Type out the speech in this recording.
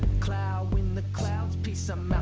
cloud when the clouds be something